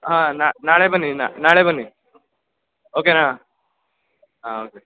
ಹಾಂ ನಾಳೆ ಬನ್ನಿ ನಾಳೆ ಬನ್ನಿ ಓಕೆ ನಾ ಹಾಂ ಓಕೆ